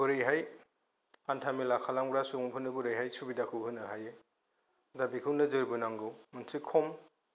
बोरैहाय हान्था मेला खालामग्रा सुबुंफोरनो बोरैहाय सुबिदाखौ होननो हायो दा बिखौनो नोजोर बोनांगौ मोनसे खम